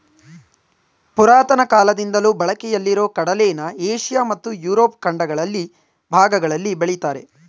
ಪುರಾತನ ಕಾಲದಿಂದಲೂ ಬಳಕೆಯಲ್ಲಿರೊ ಕಡಲೆನ ಏಷ್ಯ ಮತ್ತು ಯುರೋಪ್ ಖಂಡಗಳ ಭಾಗಗಳಲ್ಲಿ ಬೆಳಿತಾರೆ